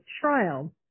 trial